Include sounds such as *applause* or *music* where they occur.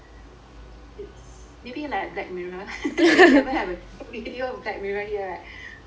it's maybe like black mirror *laughs* we can even have a real black mirror here right